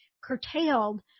curtailed